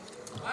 שוסטר.